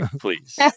Please